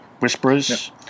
Whisperers